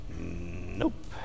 nope